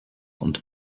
und